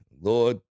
Lord